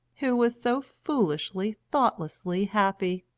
who was so foolishly, thoughtlessly happy!